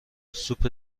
سوپ